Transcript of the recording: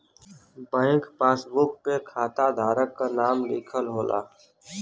bank passbook पे खाता धारक क नाम लिखल होला